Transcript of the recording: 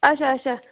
اچھا اچھا